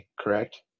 correct